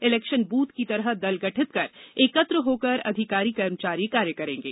election ब्रथ की तरह दल गठित कर एकत्र होकर अधिकारी कर्मचारी कार्य करेंगे